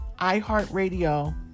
iHeartRadio